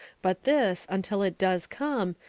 but this, until it does come,